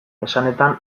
esanetan